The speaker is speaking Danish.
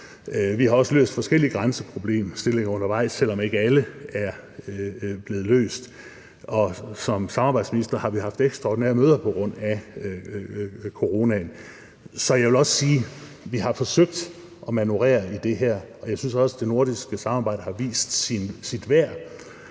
Vi har også løst forskellige grænseproblemstillinger undervejs, selv om ikke alle er blevet løst, og som samarbejdsminister har vi haft ekstraordinære møder på grund af coronaen. Så jeg vil også sige, at vi har forsøgt at manøvrere i det her, og jeg synes også, det nordiske samarbejde har vist sit værd,